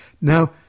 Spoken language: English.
Now